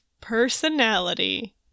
Personality